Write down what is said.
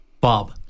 Bob